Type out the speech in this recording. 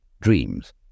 Dreams